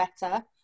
better